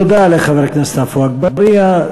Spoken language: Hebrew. תודה לחבר הכנסת עפו אגבאריה.